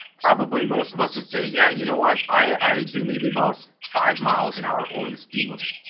probably, most of us would say, yeah, you know what, i i do maybe about five miles an hour over the speed limit.